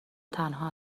تنها